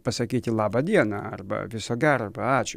pasakyti laba diena arba viso gero arba ačiū